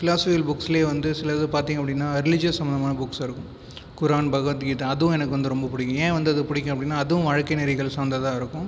philosophical புக்ஸ்லேயே வந்து சிலது பார்த்தீங்க அப்படின்னா ரிலீஜியஸ் சம்பந்தமான புக்ஸ்சாக இருக்கும் குர்ஆன் பகவத் கீதா அதுவும் எனக்கு வந்து ரொம்ப பிடிக்கும் ஏன் வந்து அது பிடிக்கும் அப்படின்னால் அதுவும் வாழ்க்கை நெறிகள் சார்ந்ததாக இருக்கும்